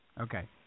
Okay